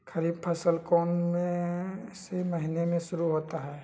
खरीफ फसल कौन में से महीने से शुरू होता है?